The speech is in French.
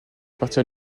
partir